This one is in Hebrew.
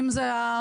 אם זה הסנגורים,